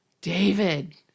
David